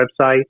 website